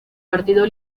partido